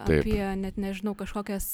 apie net nežinau kažkokias